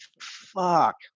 fuck